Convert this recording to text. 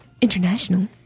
International